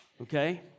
Okay